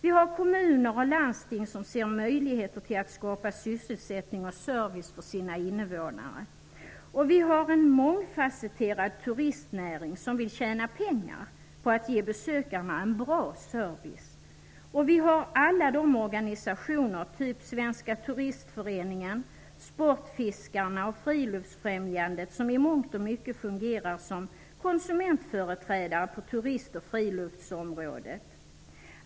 Vi har kommuner och landsting, som ser möjligheter att skapa sysselsättning och service för sina invånare. Vi har en mångfasetterad turistnäring, som vill tjäna pengar på att ge besökarna en bra service. Och vi har alla de organisationer, typ Svenska turistföreningen, Sportfiskarna och Friluftsfrämjandet, som i mångt och mycket fungerar som komsumentföreträdare på turist och friluftsområdet.